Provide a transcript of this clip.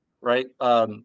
right